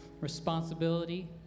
responsibility